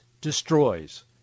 destroys